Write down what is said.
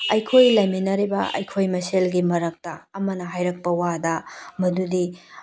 ꯑꯩꯈꯣꯏ ꯂꯩꯃꯤꯟꯅꯔꯤꯕ ꯑꯩꯈꯣꯏ ꯃꯁꯦꯜꯒꯤ ꯃꯔꯛꯇ ꯑꯃꯅ ꯍꯥꯏꯔꯛꯄ ꯋꯥꯗ ꯃꯗꯨꯗꯤ